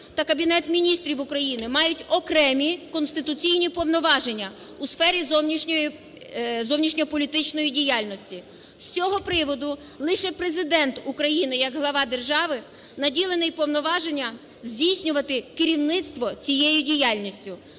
та Кабінет Міністрів України мають окремі конституційні повноваження у сфері зовнішньополітичної діяльності. З цього приводу лише Президент України як глава держави наділений повноваженням здійснювати керівництво цією діяльністю.